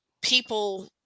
people